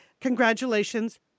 congratulations